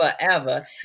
forever